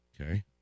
Okay